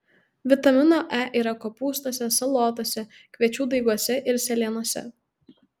vitamino e yra kopūstuose salotose kviečių daiguose ir sėlenose